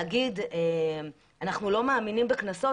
להגיד: אנחנו לא מאמינים בקנסות,